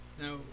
Now